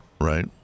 Right